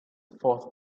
fourth